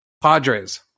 Padres